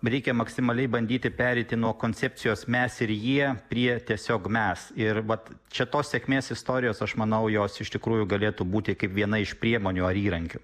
reikia maksimaliai bandyti pereiti nuo koncepcijos mes ir jie prie tiesiog mes ir vat čia tos sėkmės istorijos aš manau jos iš tikrųjų galėtų būti kaip viena iš priemonių ar įrankių